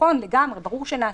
נכון לגמרי, ברור שנעשה.